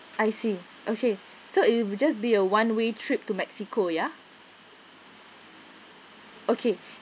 I see okay so it will just be a one way trip to mexico ya okay